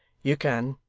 you can